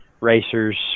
racers